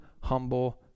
humble